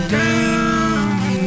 down